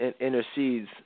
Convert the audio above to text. intercedes